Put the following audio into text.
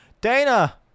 Dana